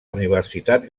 universitat